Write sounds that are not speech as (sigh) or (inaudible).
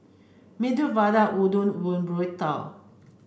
Medu Vada Udon (unintelligible) Burrito